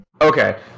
Okay